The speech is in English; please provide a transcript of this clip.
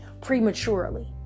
prematurely